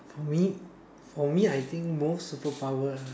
for me for me I think most superpower